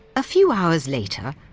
a few hours later,